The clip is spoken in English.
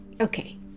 Okay